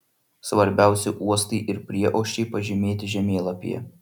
svarbiausi uostai ir prieuosčiai pažymėti žemėlapyje